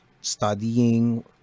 studying